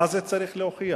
מה זה צריך להוכיח?